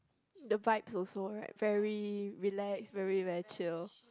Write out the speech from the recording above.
the vibes also right very relax very very chill